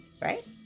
right